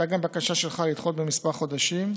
הייתה גם בקשה שלך לדחות בכמה חודשים.